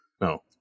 no